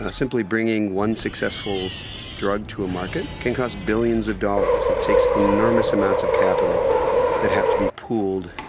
ah simply bringing the one successful drug to a market can cost billions of dollars. it takes enormous amounts of capital that have to be pooled,